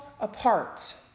apart